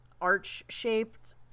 arch-shaped